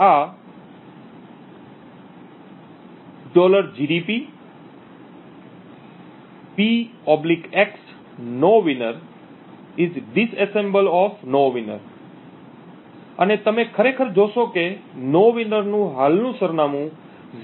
આ "gdb px nowinner નું disassemble છે નોવિનર અને તમે ખરેખર જોશો કે નોવિનર નું હાલનું સરનામું 080484B4 છે